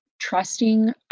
trusting